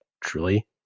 truly